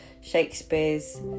Shakespeare's